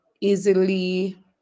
easily